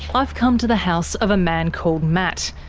i've come to the house of a man called matt.